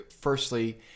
firstly